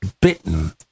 Bitten